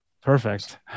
Perfect